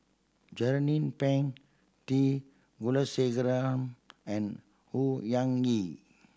Jernnine Pang T Kulasekaram and Au Hing Yee